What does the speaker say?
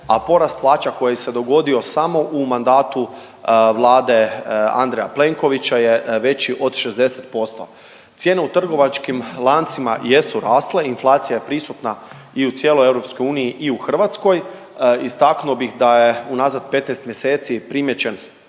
a porast plaća koji se dogodio samo u mandatu Vlade Andreja Plenkovića je veći od 60%. Cijene u trgovačkim lancima jesu rasle, inflacija je prisutna i cijeloj EU i u Hrvatskoj. Istaknuo bi da je u nazad 15 mjeseci primijećen